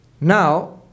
Now